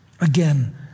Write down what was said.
Again